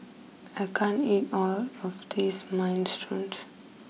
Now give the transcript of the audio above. I can't eat all of this Minestrone